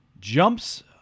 Jumps